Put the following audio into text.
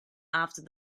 after